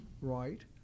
right